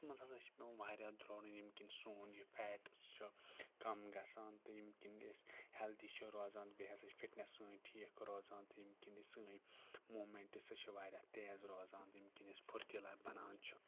تَتھ منٛز ہَسا چھِ پٮ۪وان واریاہ درٛورٕنۍ ییٚمہِ کِنۍ سون یہِ فیٹٕس چھِ کَم گژھان تہٕ ییٚمہِ کِنۍ أسۍ ہیٚلدی چھِ روزان تہٕ بیٚیہِ ہَسا چھِ فِٹنٮ۪س سٲنۍ ٹھیٖک روزان تہٕ ییٚمہِ کِنۍ أسۍ سٲنۍ موٗمٮ۪نٛٹٕس سُہ چھِ واریاہ تیز روزان تہٕ ییٚمہِ کِنۍ أسۍ فُرتیٖلا بَنان چھِ